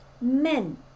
men